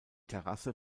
terrasse